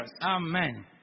Amen